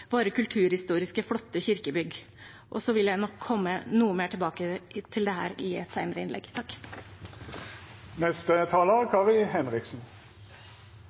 kulturhistoriske, flotte kirkebygg. Jeg vil komme noe mer tilbake til dette i et senere innlegg.